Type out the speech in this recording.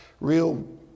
real